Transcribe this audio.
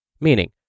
meaning